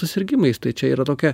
susirgimais tai čia yra tokia